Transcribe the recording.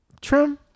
Trim